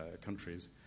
countries